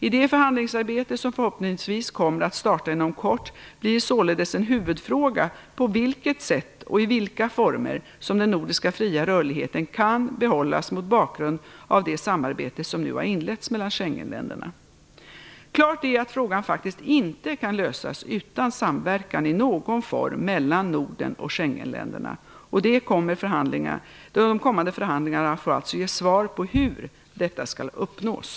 I det förhandlingsarbete som förhoppningsvis kommer att starta inom kort blir således en huvudfråga på vilket sätt och i vilka former som den nordiska fria rörligheten kan behållas mot bakgrund av det samarbete som nu har inletts mellan Schengenländerna. Klart är att frågan faktiskt inte kan lösas utan samverkan i någon form mellan Norden och Schengenländerna, och de kommande förhandlingarna får alltså ge svar på hur detta skall uppnås.